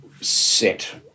set